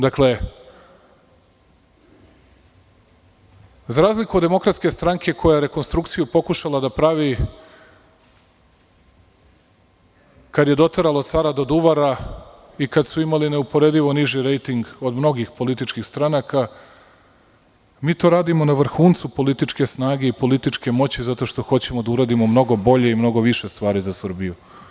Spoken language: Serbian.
Dakle, za razliku od Demokratske stranke koja je rekonstrukciju pokušala da pravi kada je doteralo cara do duvara i kada su imali neuporedivo niži rejting od mnogih političkih stranaka, mi to radimo na vrhuncu političke snage i političke moći zato što hoćemo da uradimo mnogo bolje i mnogo više stvari za Srbiju.